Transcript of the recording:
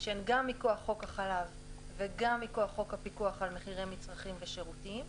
שהן גם מכוח חוק החלב וגם מכוח חוק הפיקוח על מחירי מצרכים ושירותים.